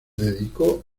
dedicó